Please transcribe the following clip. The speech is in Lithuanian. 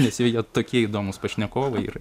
nes jie tokie įdomūs pašnekovai ir